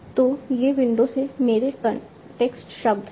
तो ये विंडो में मेरे कॉन्टेक्स्ट शब्द हैं